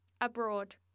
Abroad